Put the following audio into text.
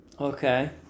Okay